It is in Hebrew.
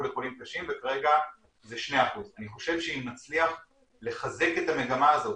לחולים קשים וכרגע זה 2%. אני חושב שאם נצליח לחזק את המגמה הזאת,